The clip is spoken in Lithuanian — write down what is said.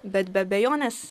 bet be abejonės